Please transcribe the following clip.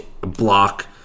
block